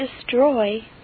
destroy